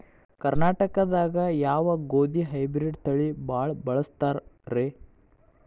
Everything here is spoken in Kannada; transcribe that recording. ಕರ್ನಾಟಕದಾಗ ಯಾವ ಗೋಧಿ ಹೈಬ್ರಿಡ್ ತಳಿ ಭಾಳ ಬಳಸ್ತಾರ ರೇ?